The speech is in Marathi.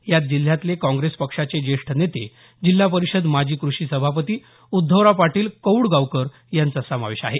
यात जिल्ह्यातले काँग्रेस पक्षाचे ज्येष्ठ नेते जिल्हा परिषदेचे माजी क्रषी सभापती उद्धवराव पाटील कौडगावकर यांचा समावेश आहे